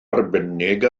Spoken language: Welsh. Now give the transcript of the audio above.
arbennig